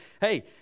hey